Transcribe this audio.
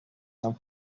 some